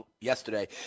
Yesterday